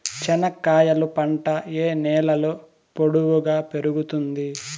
చెనక్కాయలు పంట ఏ నేలలో పొడువుగా పెరుగుతుంది?